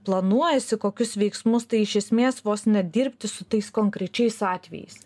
planuojasi kokius veiksmus tai iš esmės vos ne dirbti su tais konkrečiais atvejais